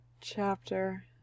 chapter